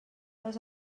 les